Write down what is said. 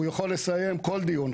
הוא יכול לסיים כל דיון.